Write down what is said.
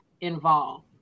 involved